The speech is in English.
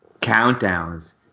countdowns